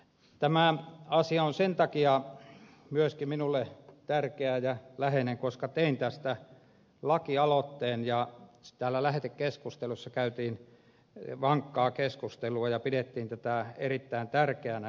tämä asia on sen takia myöskin minulle tärkeä ja läheinen koska tein tästä lakialoitteen ja täällä lähetekeskustelussa käytiin vankkaa keskustelua ja pidettiin tätä erittäin tärkeänä